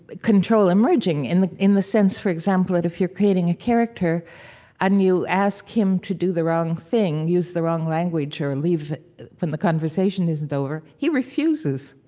but control emerging. in the in the sense, for example, that if you're creating a character and you ask him to do the wrong thing, use the wrong language, or leave when the conversation isn't over, he refuses.